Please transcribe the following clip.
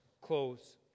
close